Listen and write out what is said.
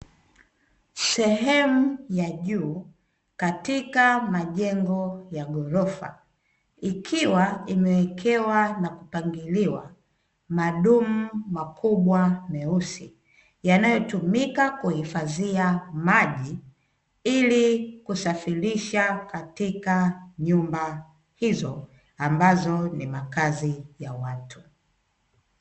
Sehemu ya juu katika majengo ya ghorofa, ikiwa imewekewa na kupangiliwa madumu makubwa meusi, yanayotumika kuhifadhia maji ili kusafirisha katika nyumba hizo ambazo ni makazi ya watu.